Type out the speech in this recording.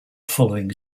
following